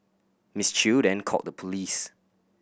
Miss Chew then called the police